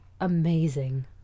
amazing